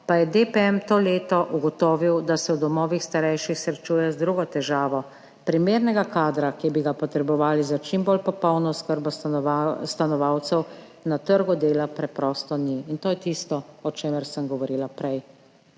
pa je DPM to leto ugotovil, da se v domovih starejših srečujejo z drugo težavo – primernega kadra, ki bi ga potrebovali za čim bolj popolno oskrbo stanovalcev, na trgu dela preprosto ni. In to je tisto, o čemer sem govorila prej.